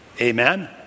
Amen